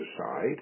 aside